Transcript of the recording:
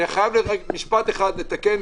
אני חייב רק במשפט אחד לתקן,